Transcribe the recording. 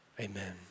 Amen